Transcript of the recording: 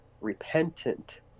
repentant